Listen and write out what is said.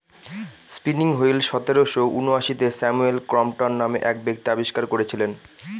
spinning wheel সতেরোশো ঊনআশিতে Samuel Crompton নামে এক ব্যক্তি আবিষ্কার করেছিলেন